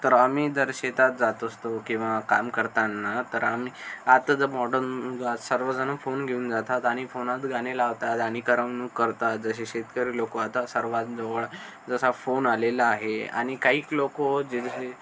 तर आम्ही जर शेतात जात असतो केव्हा काम करताना तर आम्ही आता जर मॉडर्न सर्वजणं फोन घेऊन जातात आणि फोनात गाणी लावतात आणि करमणूक करतात जशी शेतकरी लोकं आता सर्वांजवळ जसा फोन आलेला आहे आणि कैक लोकं जे